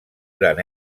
gran